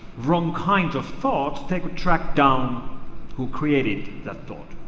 wrong kind of thought, they could track down who created that thought.